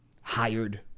hired